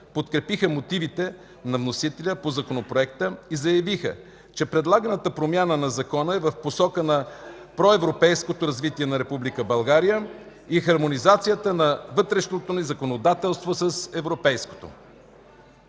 подкрепиха мотивите на вносителя по Законопроекта и заявиха, че предлаганата промяна на закона е в посока на проевропейското развитие на Република България и хармонизацията на вътрешното ни законодателство с европейското.